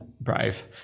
Brave